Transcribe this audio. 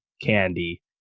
Candy